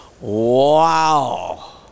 wow